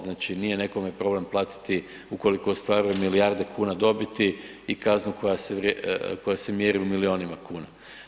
Znači nije nekome problem platiti, ukoliko ostvaruje milijarde kuna dobiti i kaznu koja se mjeri u milijunima kuna.